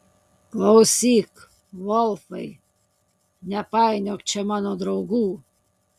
klausyk volfai nepainiok čia mano draugų